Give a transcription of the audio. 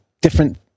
different